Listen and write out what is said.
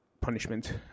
punishment